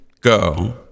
go